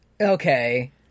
Okay